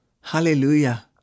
Hallelujah